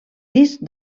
disc